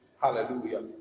Hallelujah